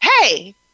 hey